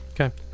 Okay